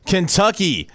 Kentucky